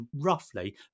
roughly